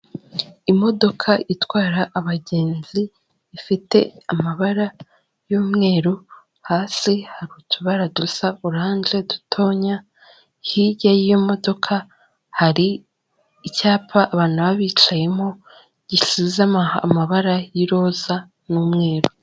Imodoka itwara abagenzi ifite amabara y'umweru hasi hari utubara dusa orange dutonya hirya y'iyo modoka hari icyapa abantu baba bicayemo gisuzama amabara y'iroza n'umweru.